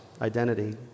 identity